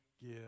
give